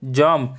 jump